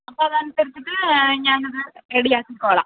അപ്പം അതനുസരിച്ച് ഞാനത് റെഡി ആക്കിക്കൊള്ളാം